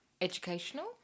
Educational